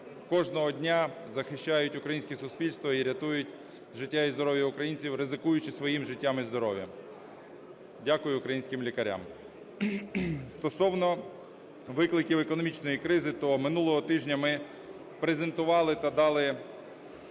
кожного дня захищають українське суспільство, і рятують життя і здоров'я українців, ризикуючи своїм життям і здоров'ям. Дякую українським лікарям. Стосовно викликів економічної кризи, то минулого тижня ми презентували та дали